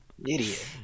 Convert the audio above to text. idiot